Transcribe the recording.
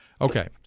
Okay